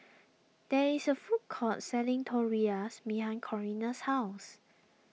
there is a food court selling Tortillas behind Corrina's house